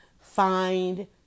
Find